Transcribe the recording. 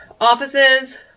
offices